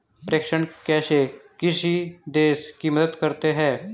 प्रेषण कैसे किसी देश की मदद करते हैं?